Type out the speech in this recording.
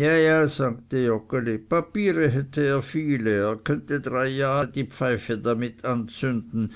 ja ja sagte joggeli papiere hätte er viele er könnte drei jahre die pfeife damit anzünden